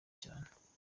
cyane